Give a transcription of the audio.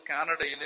Canada